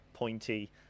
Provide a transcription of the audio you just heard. Pointy